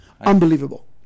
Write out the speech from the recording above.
unbelievable